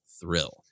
thrill